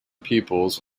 peoples